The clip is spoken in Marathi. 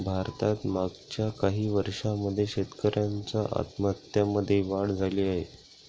भारतात मागच्या काही वर्षांमध्ये शेतकऱ्यांच्या आत्महत्यांमध्ये वाढ झाली आहे